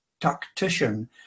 tactician